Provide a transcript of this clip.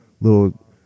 little